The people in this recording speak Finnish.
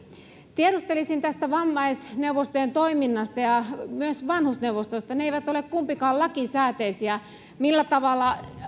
tiedustelisin tästä vammaisneuvostojen toiminnasta ja myös vanhusneuvostosta ne eivät ole kumpikaan lakisääteisiä millä tavalla